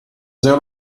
geo